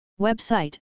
Website